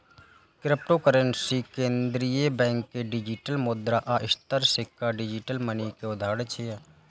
cryptocurrency, केंद्रीय bank के digital मुद्रा आ स्थिर सिक्का डिजिटल मनी के उदाहरण छियै